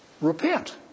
repent